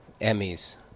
Emmys